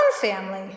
family